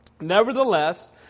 Nevertheless